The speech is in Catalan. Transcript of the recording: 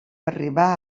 arribà